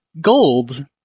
gold